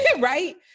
right